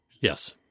Yes